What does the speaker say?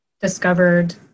discovered